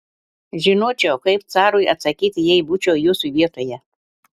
žinočiau kaip carui atsakyti jei būčiau jūsų vietoje